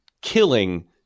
killing